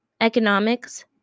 economics